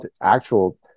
actual